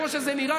כמו שזה נראה,